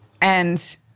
And-